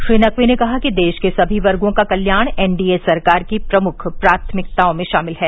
श्री नकवी ने कहा कि देश के सभी वर्गो का कल्याण एनडीए सरकार की मुख्य प्राथमिकताओं में शामिल है